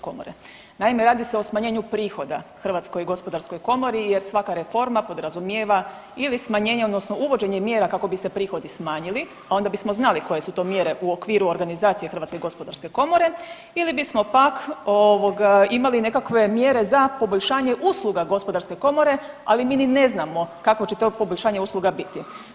Naime, radi se o smanjenju prihoda HGK-u jer svaka reforma podrazumijeva ili smanjenje odnosno uvođenje mjera kako bi se prihodi smanjili, a onda bismo znali koje su to mjere u okviru organizacije HGK ili bismo pak, ovoga, imali nekakve mjere za poboljšanje usluga Gospodarske komore, ali mi ni ne znamo kakvo će to poboljšanje usluga biti.